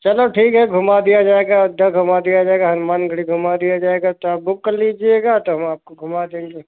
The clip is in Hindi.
चलो ठीक है घूमा दिया जाएगा अयोध्या घूमा दिया जाएगा हनुमानगढ़ी घुमा दिया जाएगा तो आप बुक कर लीजिएगा तो हम आपको घुमा देंगे